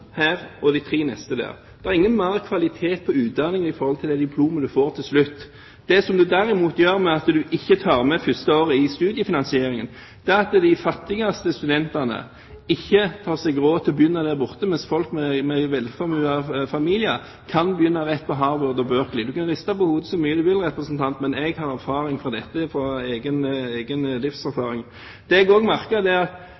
tre neste der. Det er ikke mer kvalitet på utdanningen i det diplomet du får til slutt. Det som en derimot gjør ved ikke å ta med det første året i studiefinansieringen, er å legge opp til at de fattigste studentene ikke tar seg råd til å begynne der borte, mens folk med en velformuende familie kan begynne rett på Harvard og Berkeley. – Du kan riste på hodet så mye du vil, representant, men jeg har erfaring fra dette, egen livserfaring. Det